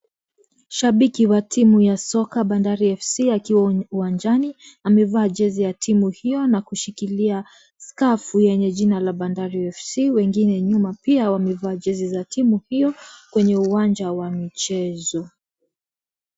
Shabiki wa timu ya soka Bandari FC akiwa uwqnjani, amevaa jersey ya timu hiyo na kushikilia skafu yenye jina la Bandari FC, wengine nyuma pia wamevaa jersey ya tiu hiyo kwenye uwanja za michezo.